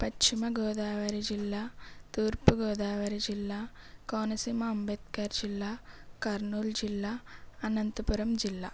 పశ్చిమ గోదావరి జిల్లా తూర్పు గోదావరి జిల్లా కోనసీమ అంబేద్కర్ జిల్లా కర్నూలు జిల్లా అనంతపురం జిల్లా